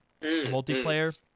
multiplayer